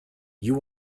you